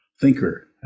thinker